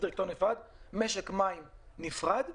משק מים נפרד,